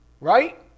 Right